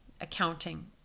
accounting